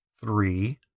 Three